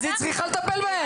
אז היא צריכה לטפל בהם.